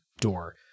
door